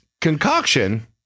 concoction